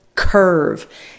curve